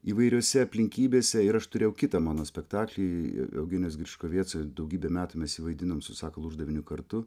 įvairiose aplinkybėse ir aš turėjau kitą mano spektaklį eugenijaus kriškovieco daugybę metų mes vaidinom su sakalu uždaviniu kartu